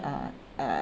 uh uh